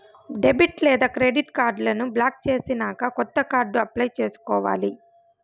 debit లేదా credit కార్డులను block చేసినాక కొత్త కార్డు అప్లై చేసుకోవాలి